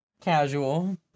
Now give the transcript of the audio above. Casual